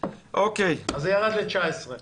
אז זה ירד ל-19.